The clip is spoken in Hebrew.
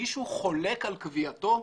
מישהו חולק על קביעתו,